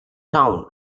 town